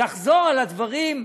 לחזור על הדברים,